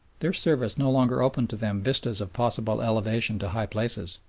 their service no longer opened to them vistas of possible elevation to high places,